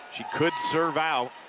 she could serve out.